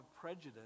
prejudice